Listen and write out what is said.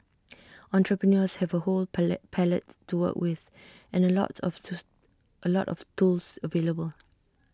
entrepreneurs have A whole palette to work with and A lot of A lot of tools available